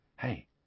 Hey